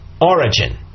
origin